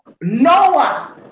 Noah